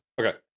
Okay